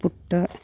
puttu